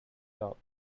top